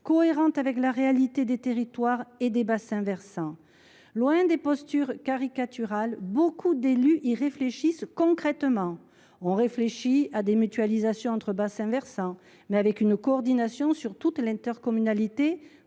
cohérentes avec la réalité des territoires et des bassins versants. Loin des postures caricaturales, beaucoup d’élus y réfléchissent concrètement. Certains d’entre eux étudient des mutualisations entre bassins versants, mais avec une coordination sur toute l’intercommunalité